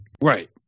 Right